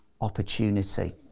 opportunity